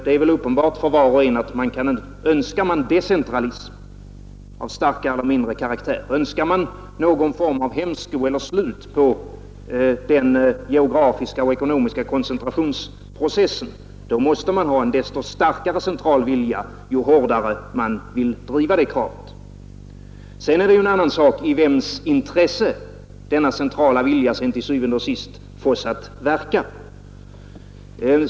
Det är väl uppenbart för var och en att om man önskar centralism, av starkare eller svagare karaktär, och om man önskar någon form av hämsko eller slut på den geografiska och ekonomiska koncentrationsprocessen, måste man ha en desto starkare central vilja ju hårdare man vill driva det kravet. Sedan är det en annan fråga, i vems intresse denna centrala vilja til syvende og sidst fås att verka.